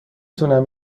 تونم